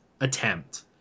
attempt